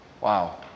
Wow